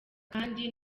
kandi